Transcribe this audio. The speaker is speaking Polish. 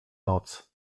noc